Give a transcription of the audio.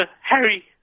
Harry